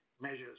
measures